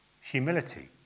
humility